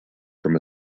from